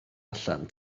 allan